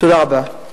תודה רבה.